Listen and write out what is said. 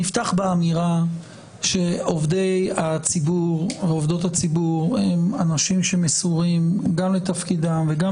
נפתח באמירה שעובדי הציבור הם אנשים מסורים גם לתפקידם וגם